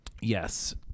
yes